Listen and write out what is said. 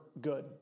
good